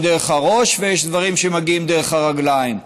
דרך הראש ויש דברים שמגיעים דרך הרגליים.